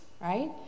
right